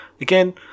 again